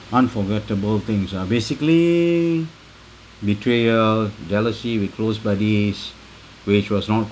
unforgettable things ah basically betrayal jealousy with close buddies which was not